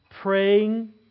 praying